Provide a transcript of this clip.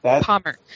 Palmer